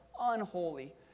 unholy